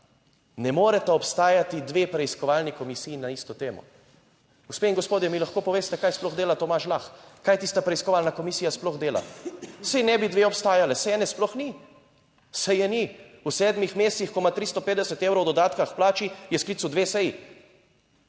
ne moreta obstajati dve preiskovalni komisiji na isto temo. Gospe in gospodje, mi lahko poveste, kaj sploh dela Tomaž Lah? Kaj tista preiskovalna komisija sploh dela? Saj ne bi dve obstajali, saj ene sploh ni, saj je ni. V sedmih mesecih, ko ima 350 evrov dodatka k plači, je sklical dve seji